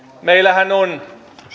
meillähän on